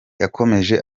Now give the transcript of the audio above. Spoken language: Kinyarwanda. yakomeje